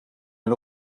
met